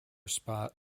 spot